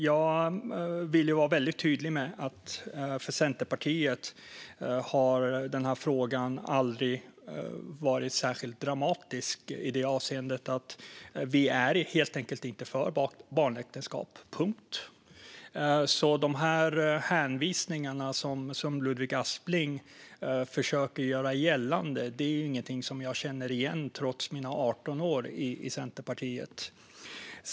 Jag vill vara väldigt tydlig med att för Centerpartiet har den här frågan aldrig varit särskilt dramatisk i det avseendet att vi helt enkelt inte är för barnäktenskap, punkt. Och det som Ludvig Aspling hänvisar till och försöker göra gällande är inget som jag känner igen trots mina 18 år i Centerpartiet.